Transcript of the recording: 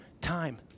time